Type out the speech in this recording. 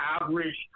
average